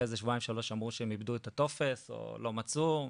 אחרי איזה שבועיים שלושה אמרו שהם איבדו את הטופס או שלא מצאו,